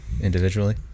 individually